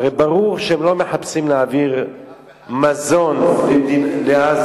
הרי ברור שהם לא מחפשים להעביר מזון לעזה.